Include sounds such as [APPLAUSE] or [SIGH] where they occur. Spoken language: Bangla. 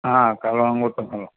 হ্যাঁ [UNINTELLIGIBLE]